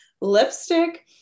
lipstick